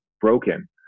broken